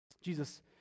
Jesus